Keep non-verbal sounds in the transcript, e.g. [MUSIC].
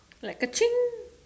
like [NOISE]